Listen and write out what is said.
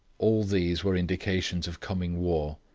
all these were indications of coming war.